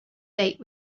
date